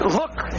look